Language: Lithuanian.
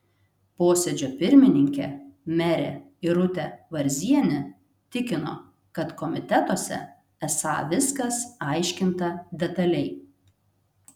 posėdžio pirmininkė merė irutė varzienė tikino kad komitetuose esą viskas aiškinta detaliai